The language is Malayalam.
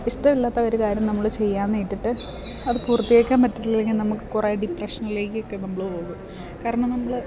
ഇഷ്ടമില്ലാത്ത ഒരു കാര്യം നമ്മൾ ചെയ്യാം എന്നേറ്റിട്ട് അത് പൂർത്തിയാക്കാൻ പറ്റിയില്ലെങ്കിൽ നമുക്ക് കുറേ ഡിപ്രഷനിലേക്കൊക്കെ നമ്മൾ പോകും കാരണം നമ്മൾ